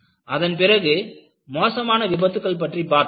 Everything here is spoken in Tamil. அதன்பிறகு மோசமான விபத்துக்கள் பற்றி பார்த்தோம்